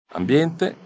ambiente